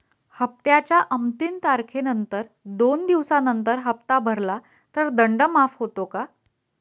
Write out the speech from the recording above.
हप्त्याच्या अंतिम तारखेनंतर दोन दिवसानंतर हप्ता भरला तर दंड माफ होतो का?